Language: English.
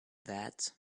that